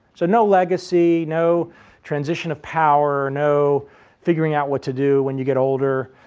so no legacy, no transition of power, no figuring out what to do when you get older,